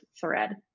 thread